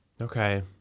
Okay